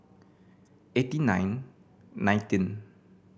eighty nine nineteen